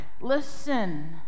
listen